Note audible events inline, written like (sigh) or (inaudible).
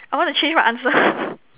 I want to change my answer (laughs)